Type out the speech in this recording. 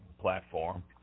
platform